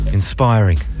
inspiring